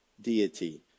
deity